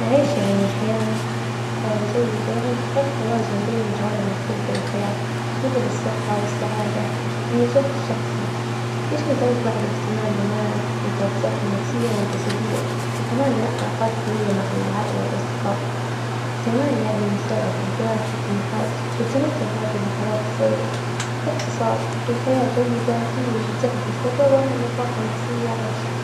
عيش يعني حياة جيدة يعني تحقيق توازن بين الجوانب المختلفة للحياة مثل الصحة والسعادة والنجاح الشخصي، إيش من ذلك بعد الإهتمام بالناس? مثل الصحة النفسية والجسدية، وكمان بناء علاقات جوية مع العائلة والأصدقاء، كمان يعني متابعة الأهداف والطموحات، والتمتع بعد باللحظات الصغيرة، بإختصار الحياة جيدة هي اللي تعكس الرضا والراحة النفسية على الشخص.